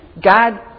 God